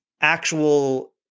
actual